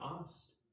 asked